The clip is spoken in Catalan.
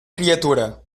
criatura